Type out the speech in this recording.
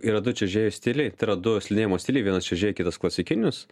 yra du čiuožėjų stiliai tai yra du slidinėjimo stiliai vienas čiuožėjo kitas klasikinis